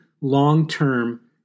long-term